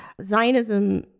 Zionism